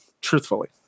truthfully